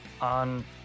on